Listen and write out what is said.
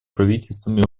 правительством